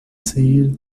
sair